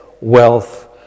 wealth